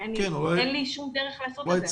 אין לי שום דרך לעשות את זה.